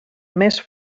més